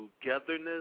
Togetherness